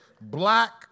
black